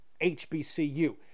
HBCU